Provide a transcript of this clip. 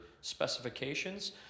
specifications